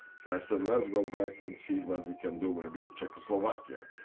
so i said, let's go back and see what we can do maybe in czechoslovakia.